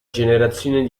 generazione